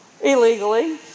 illegally